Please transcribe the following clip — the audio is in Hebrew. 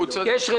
אני מתנגד.